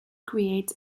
create